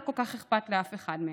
לא כל כך אכפת לאף אחד מהם.